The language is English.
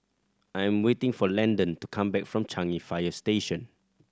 I am waiting for Landon to come back from Changi Fire Station